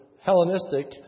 hellenistic